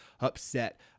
upset